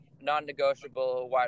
non-negotiable